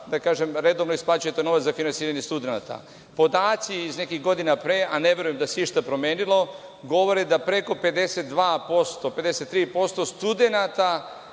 da kažem, redovno isplaćuje taj novac za finansiranje studenata. Podaci iz nekih godina pre, a ne verujem da se išta promenilo, govore da preko 52%, 53% studenata